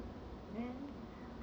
then